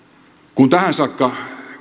kun tähän saakka